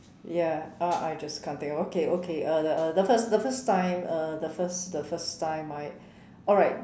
ya uh I just can't think of okay okay uh the uh the first the first time uh the first the first time I alright